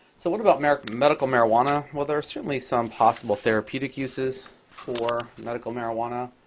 so what about medical medical marijuana? well, there are certainly some possible therapeutic uses for medical marijuana.